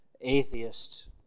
atheist